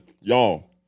y'all